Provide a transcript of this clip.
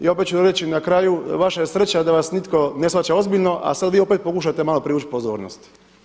I opet ću vam reći na kraju, vaša je sreća da vas nitko ne shvaća ozbiljno, a sad vi opet pokušate malo privući pozornost.